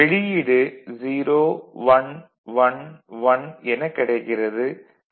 வெளியீடு 0 1 1 1 எனக் கிடைக்கிறது